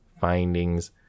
findings